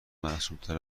معصومتر